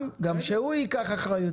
גם שהוא ייקח אחריות.